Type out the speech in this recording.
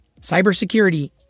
cybersecurity